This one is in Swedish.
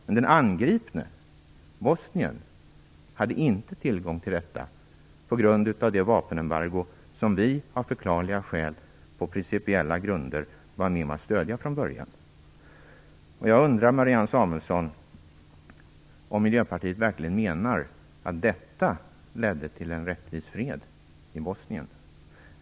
Men den angripne, Bosnien, hade inte den tillgången på grund av det vapenembargo som vi av förklarliga skäl på principiella grunder från början var med om att stödja. Jag undrar, Marianne Samuelsson, om Miljöpartiet verkligen menar att detta ledde till en rättvis fred i Bosnien.